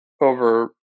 over